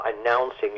announcing